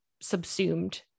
subsumed